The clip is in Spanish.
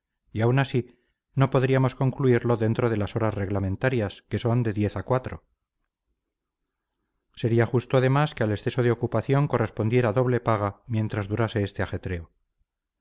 y aun así no podríamos concluirlo dentro de las horas reglamentarias que son de diez a cuatro sería justo además que al exceso de ocupación correspondiera doble paga mientras durase este ajetreo